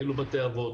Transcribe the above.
אילו בתי אבות.